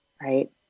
right